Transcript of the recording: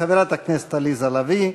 חברת הכנסת עליזה לביא,